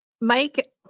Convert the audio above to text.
Mike